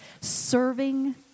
Serving